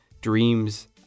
dreams